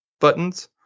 buttons